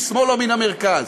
משמאל או מן המרכז.